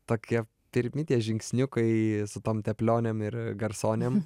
tokie pirmi tie žingsniukai su tom teplionėm ir garsonėm